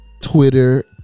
twitter